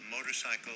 Motorcycle